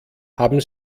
haben